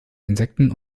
insekten